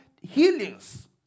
healings